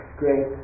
great